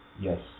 Yes